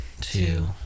two